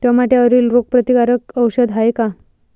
टमाट्यावरील रोग प्रतीकारक औषध हाये का?